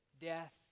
Death